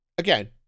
Again